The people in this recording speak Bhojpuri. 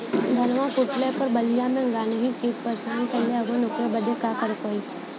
धनवा फूटले पर बलिया में गान्ही कीट परेशान कइले हवन ओकरे बदे का करे होई?